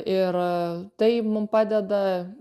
ir tai mum padeda